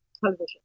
television